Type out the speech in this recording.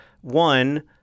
one